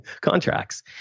contracts